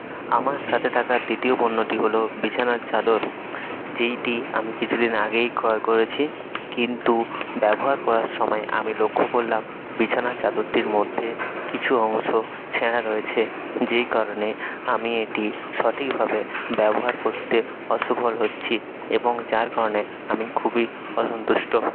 আমার সাথে থাকা দ্বিতীয় পণ্যটি হলো বিছানার চাদর যেইটি আমি কিছু দিন আগেই ক্রয় করেছি কিন্তু ব্যবহার করার সময় আমি লক্ষ্য করলাম বিছানার চাদরটির মধ্যে কিছু অংশ ছেঁড়া রয়েছে যেই কারণে আমি এটি সঠিকভাবে ব্যবহার করতে অসফল হচ্ছি এবং যার কারণে আমি খুবই অসন্তুষ্ট